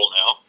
now